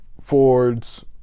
Fords